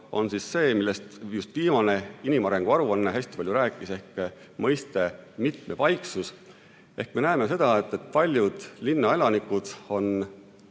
on see, millest just viimane inimarengu aruanne hästi palju rääkis, ehk mitmepaiksus. Me näeme seda, et paljud linnaelanikud on